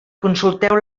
consulteu